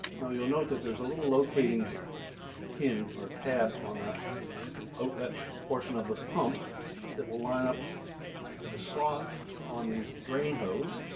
now you'll note that there's a little locating pin or tab on that outlet portion of the pump that will line up the slot on drain hose,